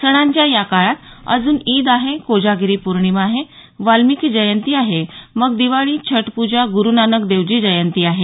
सणांच्या या काळात अजून ईद आहे कोजागिरी पौर्णिमा आहे वाल्मिकी जयंती आहे मग दिवाळी छटपूजा गुरूनानक देवजी जयंती आहे